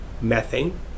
methane